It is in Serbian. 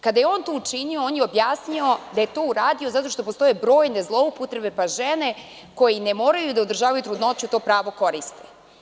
Kada je on to učinio, on je objasnio da je to uradio zato što postoje brojne zloupotrebe, pa žene koje i ne moraju da održavaju trudnoću, to pravo koriste.